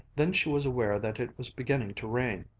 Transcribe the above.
then she was aware that it was beginning to rain.